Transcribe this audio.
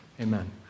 Amen